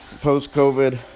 post-COVID